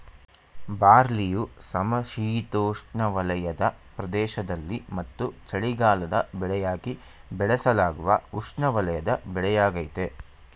ಬಾರ್ಲಿಯು ಸಮಶೀತೋಷ್ಣವಲಯದ ಪ್ರದೇಶದಲ್ಲಿ ಮತ್ತು ಚಳಿಗಾಲದ ಬೆಳೆಯಾಗಿ ಬೆಳೆಸಲಾಗುವ ಉಷ್ಣವಲಯದ ಬೆಳೆಯಾಗಯ್ತೆ